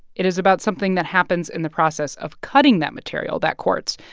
it is about something that happens in the process of cutting that material, that quartz,